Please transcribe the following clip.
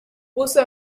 puso